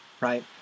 right